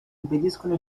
impediscono